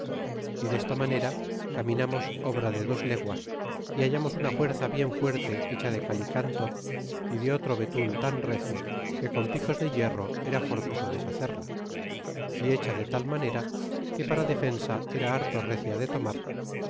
y desta manera caminamos obra de dos leguas y hallamos una fuerza bien fuerte hecha de cal y canto y de otro betun tan recio que con picos de hierro era forzoso deshacerla y hecha de tal manera que para defensa era harto recia de tomar